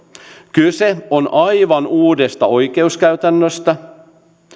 kyse on aivan uudesta oikeuskäytännöstä